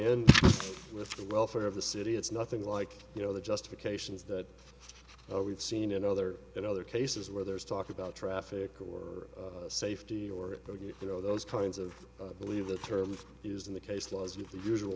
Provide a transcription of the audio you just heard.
in with the welfare of the city it's nothing like you know the justifications that we've seen in other in other cases where there's talk about traffic or safety or you know those kinds of believe the term used in the case law as usual